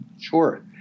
Sure